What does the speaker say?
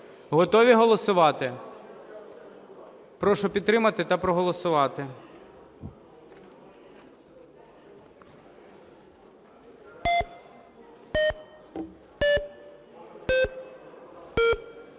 Готові голосувати? Прошу підтримати та проголосувати.